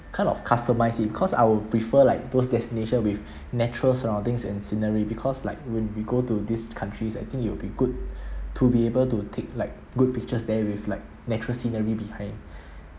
kind of customise it because I will prefer like those destination with natural surroundings and scenery because like when we go to these countries I think it'll be good to be able to take like good pictures there with like natural scenery behind